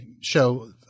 show